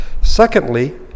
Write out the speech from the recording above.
Secondly